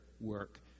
work